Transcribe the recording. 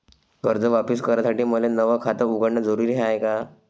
कर्ज वापिस करासाठी मले नव खात उघडन जरुरी हाय का?